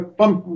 pump